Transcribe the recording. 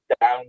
down